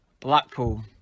Blackpool